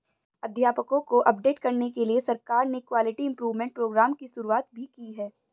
अध्यापकों को अपडेट करने के लिए सरकार ने क्वालिटी इम्प्रूव्मन्ट प्रोग्राम की शुरुआत भी की है